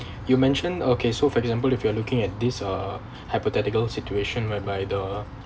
you mentioned okay so for example if you are looking at this uh hypothetical situation whereby the